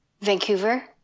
vancouver